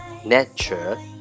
Nature